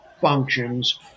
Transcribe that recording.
functions